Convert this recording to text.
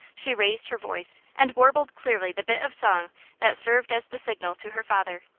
she raised her voice and warbled clearly the bit of song that served as the signal to her father.